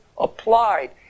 applied